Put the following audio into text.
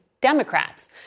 Democrats